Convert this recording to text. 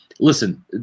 Listen